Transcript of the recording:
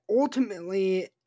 ultimately